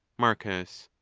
marcus.